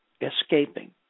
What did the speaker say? escaping